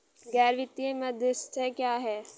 गैर वित्तीय मध्यस्थ क्या हैं?